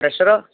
പ്രേഷറോ